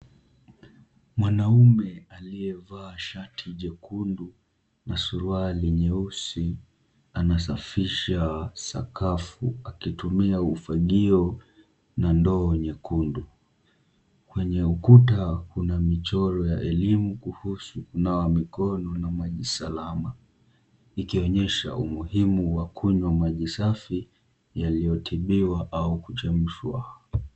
Mwanaume aliyevaa shati jekundu na suruali nyeusi anasafisha sakafu akitumia ufagio na ndoo nyekundu. Kwenye ukuta kuna michoro ya elimu kuhusu kunawa mikono na maji salama, ikionyesha umuhimu wa kunywa maji safi, yaliyotibiwa au kuchemshwa.